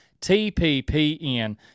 TPPN